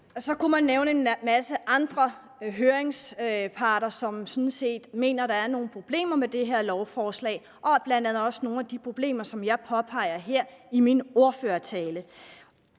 Så kunne man nævne en masse andre høringsparter, som sådan set mener, at der er nogle problemer med det her lovforslag, bl.a. nogle af de problemer, som jeg påpeger her i min ordførertale.